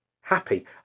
happy